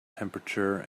temperature